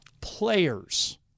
players